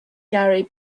gary